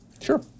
Sure